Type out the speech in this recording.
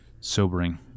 Sobering